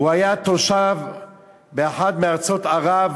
הוא היה תושב באחת מארצות ערב,